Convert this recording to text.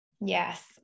Yes